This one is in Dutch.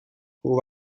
hoe